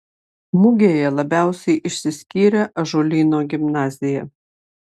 mugėje labiausiai išsiskyrė ąžuolyno gimnazija